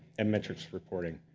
and metrics reporting.